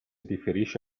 riferisce